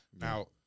now